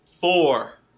Four